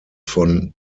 von